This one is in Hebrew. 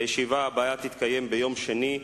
הישיבה הבאה תתקיים ביום שני,